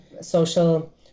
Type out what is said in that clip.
social